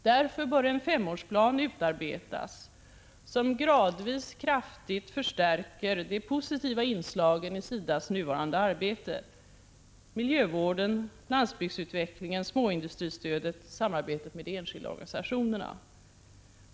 Därför bör en femårsplan utarbetas som gradvis kraftigt förstärker de positiva inslagen i SIDA:s nuvarande arbete, miljövården, landsbygdsutvecklingen, småindustristödet, samarbetet med de enskilda organisationerna.